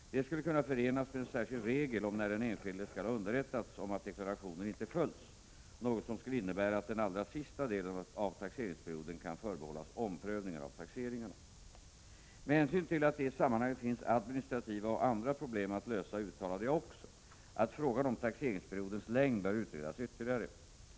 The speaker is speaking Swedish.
Detta skulle kunna förenas med en särskild regel om när den enskilde skall ha underrättats om att deklarationen inte följts, något som skulle innebära att den allra sista delen av taxeringsperioden kan förbehållas omprövningar av taxeringarna. Med hänsyn till att det i sammanhanget finns administrativa och andra problem att lösa uttalade jag också att frågan om taxeringsperiodens längd bör utredas ytterligare.